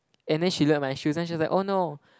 and then she look at my shoes then she was like oh no